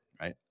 right